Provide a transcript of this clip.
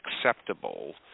acceptable